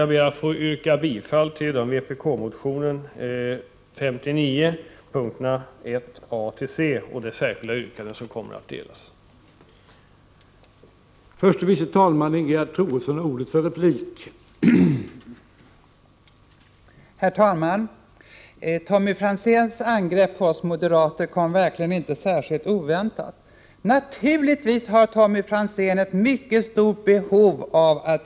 Jag ber att få yrka bifall till vårt särskilda yrkande i anslutning till motion 1984/85:59, som kommer att delas ut till kammarens ledamöter